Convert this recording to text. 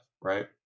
right